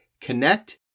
connect